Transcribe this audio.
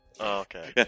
okay